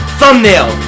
thumbnail